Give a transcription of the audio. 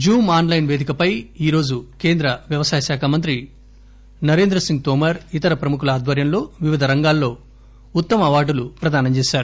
Zoom online పేదికపై ఈ రోజు కేంద్ర వ్యవసాయ శాఖ మంత్రి నరేంద్ర సింగ్ తోమర్ ఇతర ప్రముఖుల ఆధ్వర్యంలో వివిధ రంగాలలో ఉత్తమ అవార్డులు ప్రదానం చేశారు